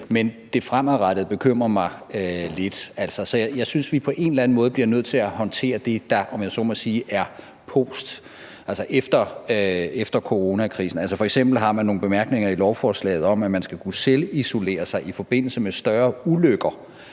men det fremadrettede bekymrer mig lidt. Jeg synes, at vi på en eller anden måde bliver nødt til at håndtere det, der, om jeg så må sige, er postcorona, altså efter coronakrisen. Man har f.eks. nogle bemærkninger i lovforslaget om, at man skal kunne selvisolere sig i forbindelse med større ulykker.